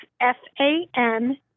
F-A-N